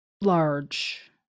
large